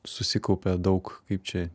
susikaupia daug kaip čia